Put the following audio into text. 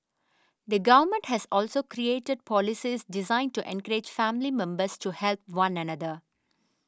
the government has also created policies designed to encourage family members to help one another